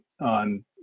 on